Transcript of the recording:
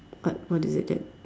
what what is it that